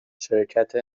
شرکت